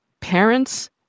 parents